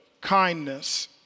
kindness